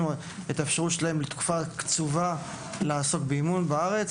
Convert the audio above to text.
את האפשרות שלהם לעסוק באימון בארץ,